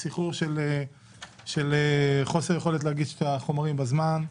היה סחרור של חוסר יכולת להגיש את החומרים בזמן.